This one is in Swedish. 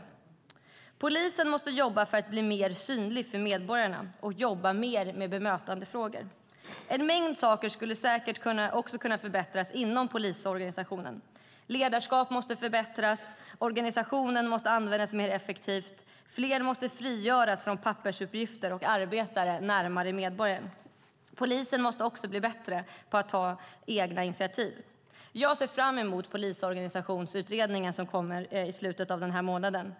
Polisen måste jobba på att bli mer synlig för medborgarna och jobba med bemötandefrågor. En mängd saker skulle också kunna förbättras inom polisorganisationen. Ledarskapet måste förbättras, organisationen användas mer effektivt och fler måste frigöras från pappersuppgifter och arbeta närmare medborgaren. Polisen måste också bli bättre på att ta egna initiativ. Jag ser fram emot Polisorganisationskommittéutredningen som kommer i slutet av denna månad.